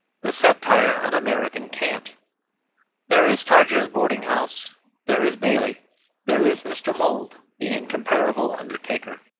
the satire on american cant there is todgers's boarding-house there is bailey there is mr. mould, the incomparable undertaker.